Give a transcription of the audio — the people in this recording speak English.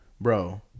bro